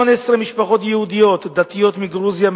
18 משפחות יהודיות דתיות מגרוזיה,